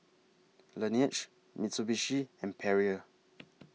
Laneige Mitsubishi and Perrier